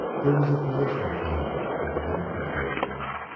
there was a position-finder in the little control-room,